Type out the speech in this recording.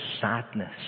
sadness